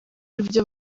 ibyo